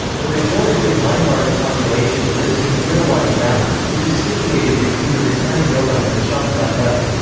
the majority of myanmar's population lives in the irrawaddy valley, which is situated between the rakhine yoma and the shan plateau.